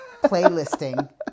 playlisting